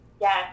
Yes